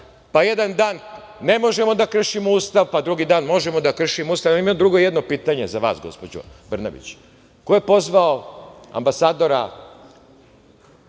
pa jedan dan ne možemo da kršimo Ustav, pa drugi dan možemo da kršimo Ustav, imam drugo jedno pitanje za vas, gospođo Brnabić, ko je pozvao ambasadora